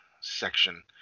section